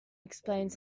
explained